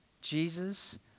Jesus